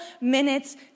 minutes